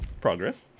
progress